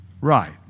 Right